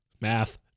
Math